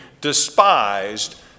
despised